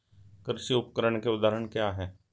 कृषि उपकरण के उदाहरण क्या हैं?